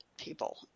people